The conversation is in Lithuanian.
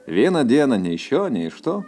vieną dieną nei iš šio nei iš to